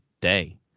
day